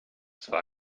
zwar